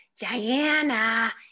Diana